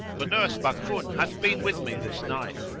for nurse bakun hath been with me this night.